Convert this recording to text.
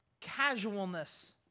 casualness